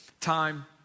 time